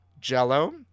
Jello